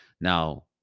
Now